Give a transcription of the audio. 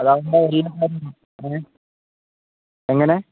അതാവുമ്പം ഏഹ് എങ്ങനെ